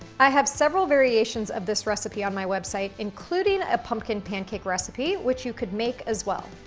i have several variations of this recipe on my website, including a pumpkin pancake recipe, which you could make, as well.